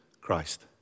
Christ